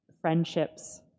friendships